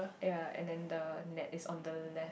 yea and then the net is on the left